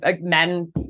men